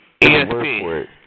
ESP